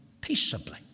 peaceably